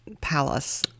palace